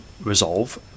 resolve